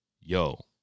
yo